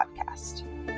podcast